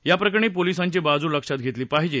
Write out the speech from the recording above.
या प्रकरणी पोलिसांची बाजू लक्षात घेतली पाहिजे